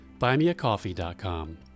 buymeacoffee.com